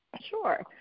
Sure